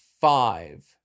five